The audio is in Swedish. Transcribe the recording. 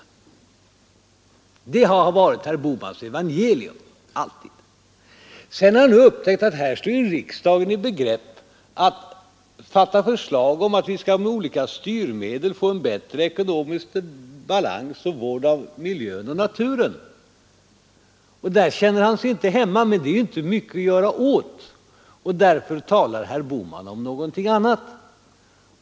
Det har alltid varit herr Bohmans evangelium, Så upptäcker han att riksdagen står i begrepp att fatta beslut om att vi med olika styrmedel skall få en bättre balans för vård av miljön och naturen, och där känner han sig inte hemma. Men det 81 är inte mycket att göra åt det, och därför talar han om någonting annat.